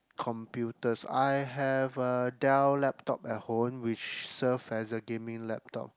computers I have a Dell laptop at home which serve as a gaming laptop